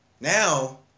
Now